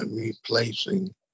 replacing